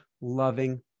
loving